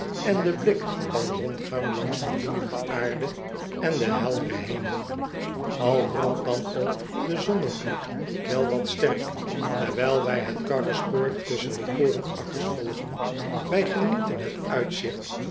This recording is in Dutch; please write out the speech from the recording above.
en de blik kan rondgaan langs de bloeijende aarde en den helderen hemel al brandt dan ook de zonnegloed wel wat sterk terwijl wij het karspoor tusschen de korenakkers volgen wij genieten het uitzigt